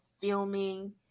filming